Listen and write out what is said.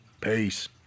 Peace